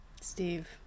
Steve